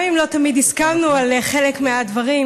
גם אם לא תמיד הסכמנו על חלק מהדברים,